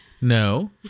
No